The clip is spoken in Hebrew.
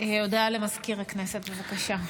הודעה למזכיר הכנסת, בבקשה.